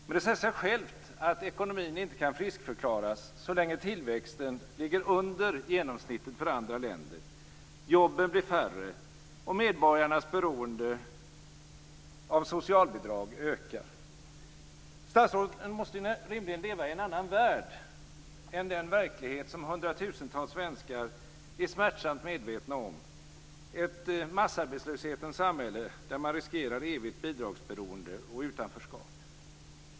Men det säger sig självt att ekonomin inte kan friskförklaras så länge tillväxten ligger under genomsnittet för andra länder, jobben blir färre och medborgarnas beroende av socialbidrag ökar. Statsråden måste rimligen leva i en helt annan värld än den verklighet som hundratusentals svenskar är smärtsamt medvetna om - ett massarbetslöshetens samhälle där man riskerar evigt bidragsberoende och utanförskap.